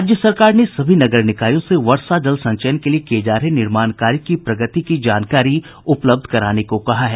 राज्य सरकार ने सभी नगर निकायों से वर्षा जल संचयन के लिये किये जा रहे निर्माण कार्य की प्रगति की जानकारी उपलब्ध कराने को कहा है